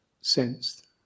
sensed